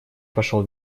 пошел